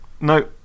No